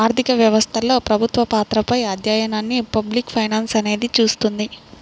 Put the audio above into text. ఆర్థిక వ్యవస్థలో ప్రభుత్వ పాత్రపై అధ్యయనాన్ని పబ్లిక్ ఫైనాన్స్ అనేది చూస్తుంది